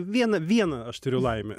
vieną vieną aš turiu laimę